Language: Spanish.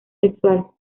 sexual